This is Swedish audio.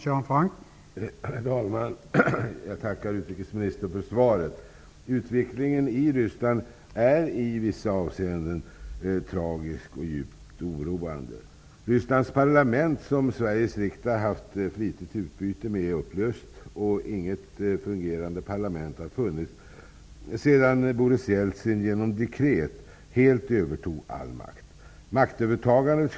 Herr talman! Jag tackar utrikesministern för svaret. Utvecklingen i Ryssland är i vissa avseenden tragisk och djupt oroande. Rysslands parlament, som Sveriges riksdag har haft flitigt utbyte med, är upplöst. Inget fungerande parlament har funnits sedan Boris Jeltsin genom dekret övertog all makt.